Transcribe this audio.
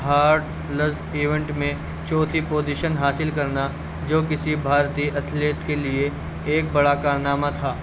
ہڈلس event میں چوتھی position حاصل کرنا جو کسی بھارتی اتھلیٹ کے لیے ایک بڑا کارنامہ تھا